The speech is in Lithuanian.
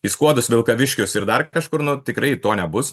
į skuodus vilkaviškius ir dar kažkur nu tikrai to nebus